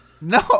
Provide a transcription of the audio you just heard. No